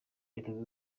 leta